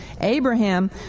Abraham